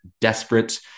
desperate